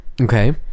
Okay